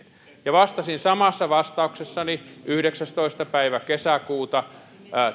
vastasin samassa vastauksessani yhdeksästoista päivä kesäkuuta